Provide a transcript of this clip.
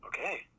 Okay